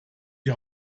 die